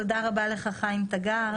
תודה רבה לך, חיים תגר.